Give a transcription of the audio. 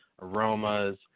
aromas